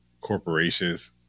corporations